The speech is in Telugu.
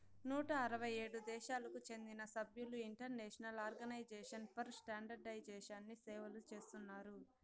నూట అరవై ఏడు దేశాలకు చెందిన సభ్యులు ఇంటర్నేషనల్ ఆర్గనైజేషన్ ఫర్ స్టాండర్డయిజేషన్ని సేవలు చేస్తున్నారు